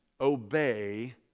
obey